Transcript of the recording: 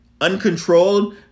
uncontrolled